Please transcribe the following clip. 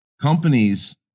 companies